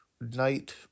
night